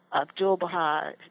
Abdul-Baha